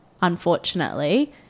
Unfortunately